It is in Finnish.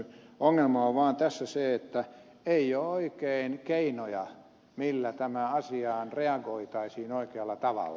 ongelma on vaan tässä se että ei ole oikein keinoja millä tähän asiaan reagoitaisiin oikealla tavalla